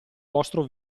vostro